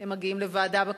הם מגיעים לוועדה בכנסת,